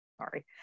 sorry